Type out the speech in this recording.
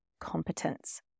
competence